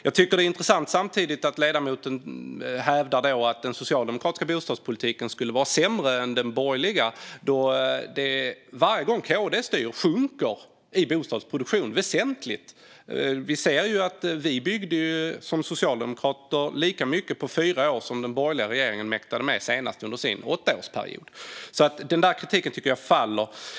Samtidigt är det intressant att ledamoten hävdar att den socialdemokratiska bostadspolitiken skulle vara sämre än den borgerliga, för varje gång KD styr sjunker bostadsproduktionen väsentligt. Socialdemokraterna byggde ju lika mycket på fyra år som den borgerliga regeringen mäktade med under sin åttaårsperiod. Den kritiken faller alltså.